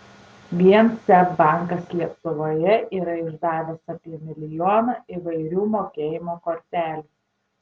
vien seb bankas lietuvoje yra išdavęs apie milijoną įvairių mokėjimo kortelių